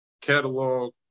catalog